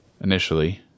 initially